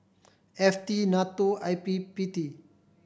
F T NATO and I P P T